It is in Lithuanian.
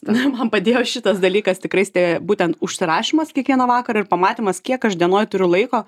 na man padėjo šitas dalykas tikrai spėju būtent užsirašymas kiekvieną vakarą ir pamatymas kiek aš dienoj turiu laiko